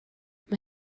mae